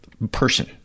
person